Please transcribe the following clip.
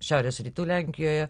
šiaurės rytų lenkijoje